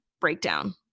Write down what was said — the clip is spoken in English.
breakdown